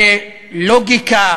בלוגיקה